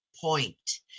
point